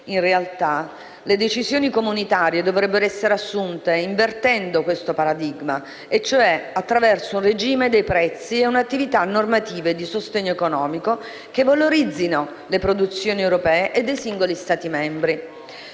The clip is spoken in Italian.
In realtà, le decisioni comunitarie dovrebbero essere assunte invertendo questo paradigma, e cioè attraverso un regime dei prezzi e un'attività normativa e di sostegno economico che valorizzino le produzioni europee e dei singoli Stati membri.